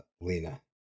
Lena